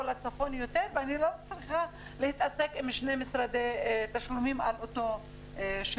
לצפון יותר ואני לא צריכה להתעסק עם שני משרדי תשלומים על אותו שירות.